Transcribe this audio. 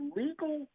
legal